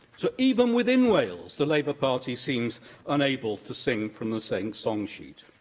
so, even within wales, the labour party seems unable to sing from the same song sheet.